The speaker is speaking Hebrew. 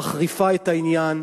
מחריפה את העניין.